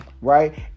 right